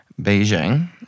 Beijing